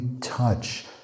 touch